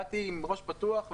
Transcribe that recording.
באתי עם ראש פתוח,